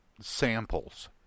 samples